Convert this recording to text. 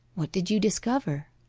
what did you discover